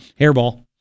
Hairball